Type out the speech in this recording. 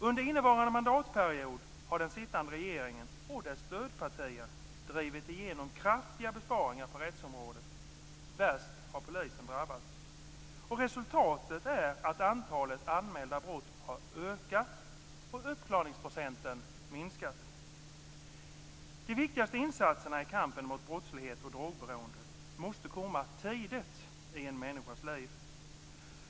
Under innevarande mandatperiod har den sittande regeringen och dess stödpartier drivit igenom kraftiga besparingar på rättsområdet. Värst har polisen drabbats. Resultatet är att antalet anmälda brott har ökat och att uppklarningsprocenten minskat. De viktigaste insatserna i kampen mot brottslighet och drogberoende måste komma tidigt i en människas liv.